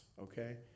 Okay